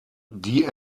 die